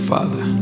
Father